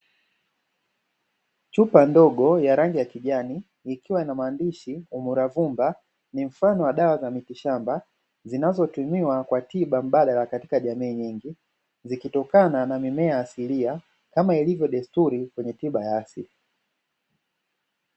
Chupa ndogo ya rangi ya kijani ikiwa ina maandishi umuravumba ni mfano wa dawa za miti shamba, zinazotumiwa kwa tiba mbadala katika jamii nyingi zikitokana na mimea asilia kama ilivyo desturi kwenye tiba ya asili.